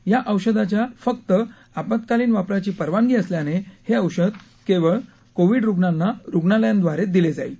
या औषधाच्या फक्त आपत्कालीन वापराची परवानगी असल्याने हे औषध केवळ कोविड रूग्णांना रुग्णालयांद्वारे दिले जाईल